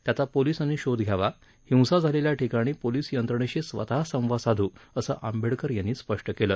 त्याचा पोलिसांनी शोध घ्यावा हिंसा झालेल्या ठिकाणी पोलीस यंत्रणेशी स्वतः संवाद साधू असं आंबेडकर यांनी स्पष्ट केलं